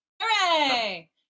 Hooray